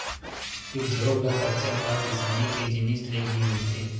उद्योग ल कच्चा माल किसानी के जिनिस ले ही मिलथे